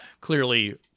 clearly